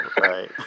Right